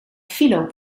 villo